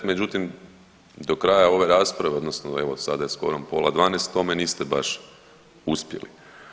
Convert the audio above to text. Međutim, do kraja ove rasprave odnosno evo sada je skoro pola 12 u tome niste baš uspjeli.